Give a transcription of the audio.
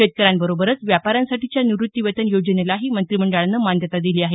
शेतकऱ्यांबरोबरच व्यापाऱ्यांसाठीच्या निवृत्तीवेतन योजनेलाही मंत्रीमंडळानं मान्यता दिली आहे